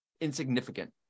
insignificant